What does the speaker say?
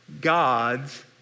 God's